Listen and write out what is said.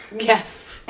Yes